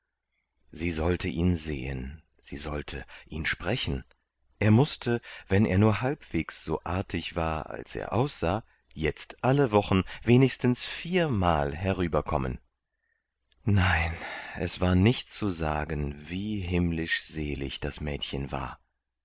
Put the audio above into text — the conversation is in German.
sie sollte ihn sehen sie sollte ihn sprechen er mußte wenn er nur halbwegs so artig war als er aussah jetzt alle wochen wenigstens viermal herüberkommen nein es war nicht zu sagen wie himmlisch selig das mädchen war